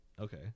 okay